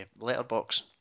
letterbox